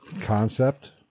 concept